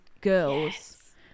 girls